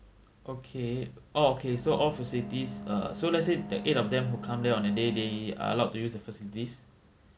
okay orh okay so all facilities uh so let's say the eight of them who come there on the day they are allowed to use the facilities